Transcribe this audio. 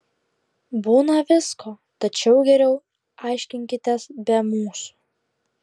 būna visko tačiau geriau aiškinkitės be mūsų